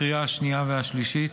לקריאה השנייה והשלישית,